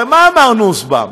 הרי מה אמר נוסבאום?